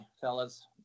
fellas